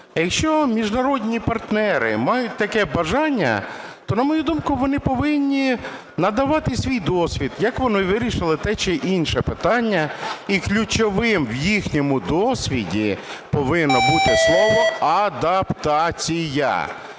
якщо міжнародні партнери мають таке бажання, то, на мою думку, вони повинні надавати свій досвід, як вони вирішили те чи інше питання. І ключовим в їхньому досвіді повинно бути слово "адаптація".